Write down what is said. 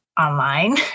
online